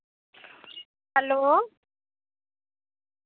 hello